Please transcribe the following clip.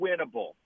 winnable